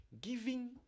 Giving